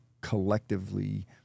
collectively